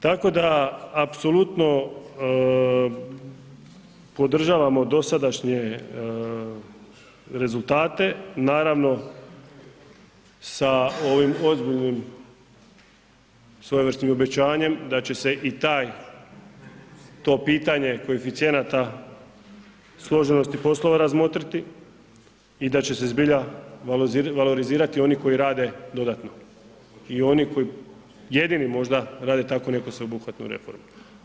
Tako da apsolutno podržavamo dosadašnje rezultate, naravno sa ovim ozbiljnim svojevrsnim obećanjem da će se i taj to pitanje koeficijenata složenosti poslova razmotriti i da će se zbilja valorizirati oni koji rade dodatno i oni koji jedini možda rade tako neku sveobuhvatnu reformu.